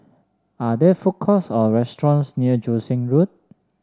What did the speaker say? are there food courts or restaurants near Joo Seng Road